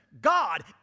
God